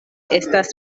estas